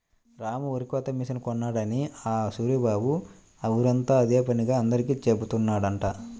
రాము వరికోత మిషన్ కొన్నాడని ఆ సూరిబాబు ఊరంతా అదే పనిగా అందరికీ జెబుతున్నాడంట